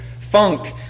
funk